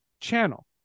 channel